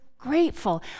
Grateful